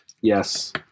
yes